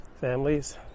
families